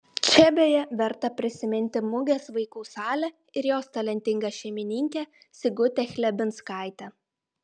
čia beje verta prisiminti mugės vaikų salę ir jos talentingą šeimininkę sigutę chlebinskaitę